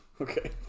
Okay